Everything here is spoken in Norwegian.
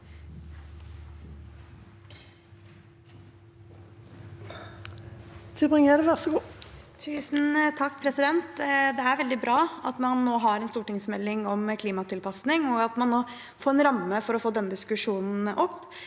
(H) Det er veldig bra at man nå har en stortingsmelding om klimatilpasning, og at man får en ramme for å få denne diskusjonen opp.